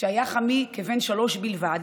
כשהיה חמי כבן שלוש בלבד